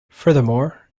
furthermore